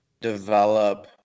develop